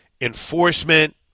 enforcement